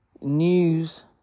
news